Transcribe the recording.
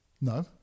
No